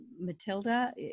Matilda